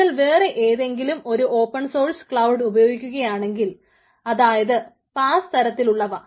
നിങ്ങൾ വേറെ ഏതെങ്കിലും ഒരു ഓപ്പൺസോഴ്സ് ക്ലൌഡ് ഉപയോഗിക്കുകയാണെങ്കിൽ അതായത് പാസ് തരത്തിലുള്ളവ